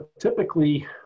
Typically